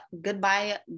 goodbye